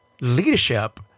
leadership